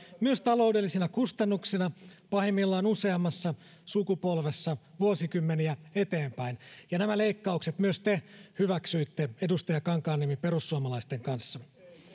myös taloudellisina kustannuksina pahimmillaan useammassa sukupolvessa vuosikymmeniä eteenpäin ja nämä leikkaukset myös te hyväksyitte edustaja kankaanniemi perussuomalaisten kanssa